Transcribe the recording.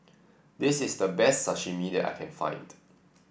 this is the best Sashimi that I can find